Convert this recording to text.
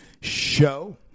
show